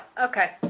okay,